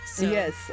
yes